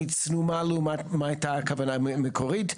היא צנומה לעומת מה הייתה הכוונה המקורית.